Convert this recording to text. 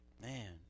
Man